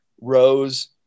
rose